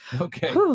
okay